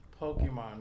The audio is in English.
Pokemon